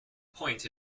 point